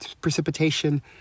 precipitation